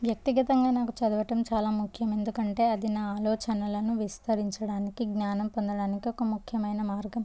వ్యక్తిగతంగా నాకు చదవటం చాలా ముఖ్యం ఎందుకంటే అది నా ఆలోచనలను విస్తరించడానికి జ్ఞానం పొందడానికి ఒక ముఖ్యమైన మార్గం